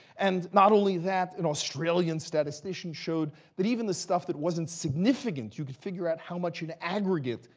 and not only that, an australian statistician showed that even the stuff that wasn't significant you could figure out how much, in aggregate,